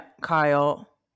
Kyle